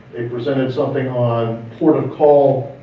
they presented something on port of call,